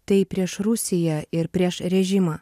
tai prieš rusiją ir prieš režimą